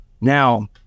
Now